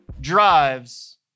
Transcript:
drives